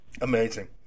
Amazing